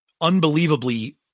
unbelievably